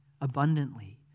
Abundantly